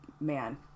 man